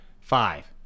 Five